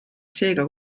seega